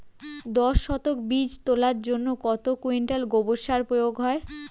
দশ শতক বীজ তলার জন্য কত কুইন্টাল গোবর সার প্রয়োগ হয়?